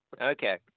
Okay